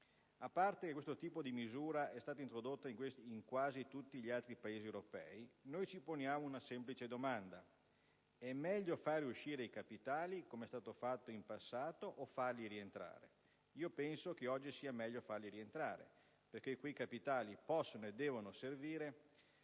il fatto che questo tipo di misura è stata introdotta in quasi tutti gli altri Paesi europei, noi ci poniamo una semplice domanda: è meglio far uscire i capitali, come è stato fatto in passato, o farli rientrare? Io penso che oggi sia meglio farli rientrare, perché quei capitali possono e devono servire